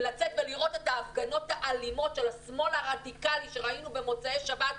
ולצאת ולראות את ההפגנות האלימות של השמאל הרדיקלי שראינו במוצאי שבת,